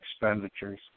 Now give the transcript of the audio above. expenditures